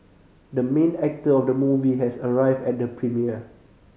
the main actor of the movie has arrived at the premiere